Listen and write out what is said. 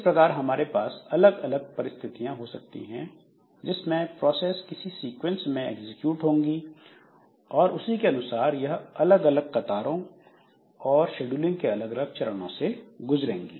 इस प्रकार हमारे पास अलग अलग परिस्थितियां हो सकती हैं जिसमें प्रोसेस किसी सीक्वेंस में एग्जीक्यूट होंगी और उसी के अनुसार यह अलग अलग कतारों और शेड्यूलिंग के अलग अलग चरणों से गुजरेंगी